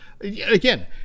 Again